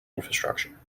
infrastructure